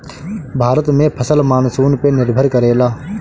भारत में फसल मानसून पे निर्भर करेला